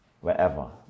wherever